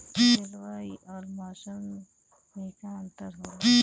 जलवायु और मौसम में का अंतर होला?